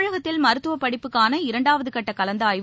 தமிழகத்தில் மருத்துவப் படிப்புக்கான இரண்டாவது கட்ட கலந்தாய்வு